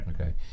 okay